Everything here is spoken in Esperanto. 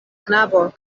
knabo